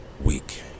weak